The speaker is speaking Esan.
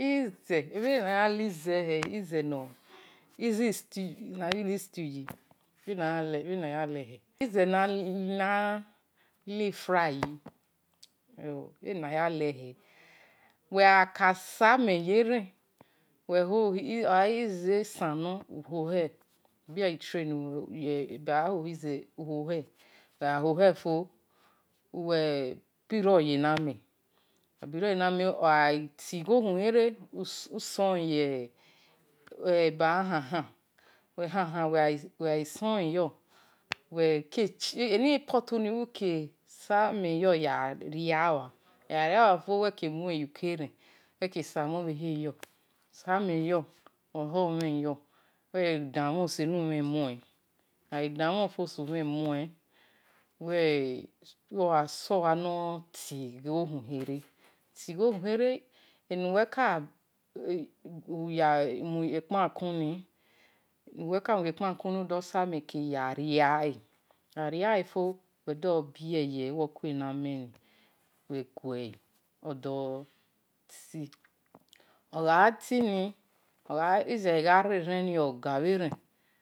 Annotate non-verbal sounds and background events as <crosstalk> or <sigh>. Ize-bhe ana-ya izi stew he ize na li-fry ye uwegha ka samea ye ren ogha ize-esun no we-bero yi-train we ho-he we-bero yamen, ogho tigho khun kere we saye eba-ya-khan uwe gha gi khan khan eni potu-ni wi-sanen yo ya-riahua uwe-gha ria lue fo uwe ke-mue yo-ke-ren uwe ke samo-bhe-he yo uwe-gha samen yo uwe-ghi sumhen yo uwe dan-mhon zu-mhen muen we-dan-mhon selu-mhen muen awe-gha dan-mhon we-sola no-ti kio-khun-khere ene-uwe-ke <hesitation> ya mu-ye kpa-makuni udo-samen kie-ya-ria le <unintelligible> oboti ogha-gha tiani ize ren-ren ogha bhe-ren.